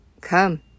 Come